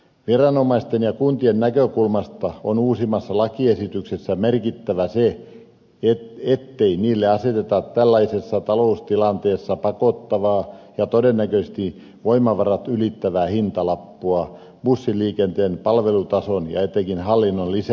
viranomaisten ja kuntien näkökulmasta on uusimmassa lakiesityksessä merkittävää se ettei niille aseteta tällaisessa taloustilanteessa pakottavaa ja todennäköisesti voimavarat ylittävää hintalappua bussiliikenteen palvelutason ja etenkin hallinnon lisäämiseksi